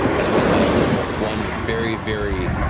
as well as one very, very,